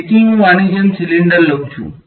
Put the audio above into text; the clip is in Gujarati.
તેથી હું આની જેમ સિલિન્ડર લઉં છું